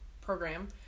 program